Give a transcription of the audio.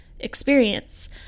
Experience